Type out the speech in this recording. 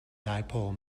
dipole